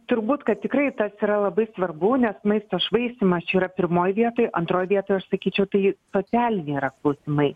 turbūt kad tikrai tas yra labai svarbu nes maisto švaistymas čia yra pirmoj vietoj antroj vietoj aš sakyčiau tai socialiniai yra klausimai